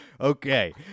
Okay